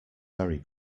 very